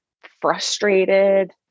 frustrated